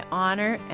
honor